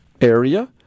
area